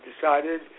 decided